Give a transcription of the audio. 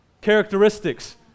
characteristics